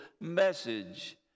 message